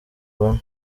bamwe